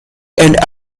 and